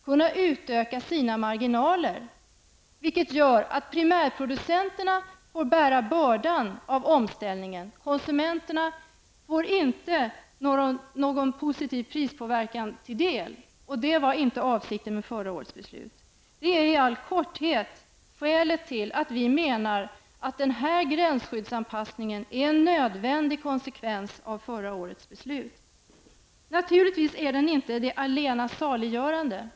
Det gör i sin tur att primärkonsumenterna får bära bördan av omställningen. Det blir ingen positiv prispåverkan för konsumenterna. Det var inte avsikten med förra årets beslut. Det är i all korthet skälen till att vi anser att denna gränsskyddsanpassning är en nödvändig konsekvens av förra årets beslut. Naturligtvis är den inte det allena saligörande.